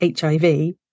HIV